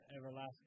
everlasting